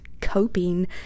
coping